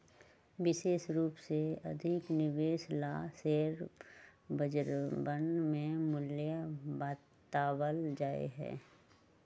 विशेष रूप से अधिक निवेश ला शेयर बजरवन में मूल्य बतावल जा हई